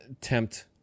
tempt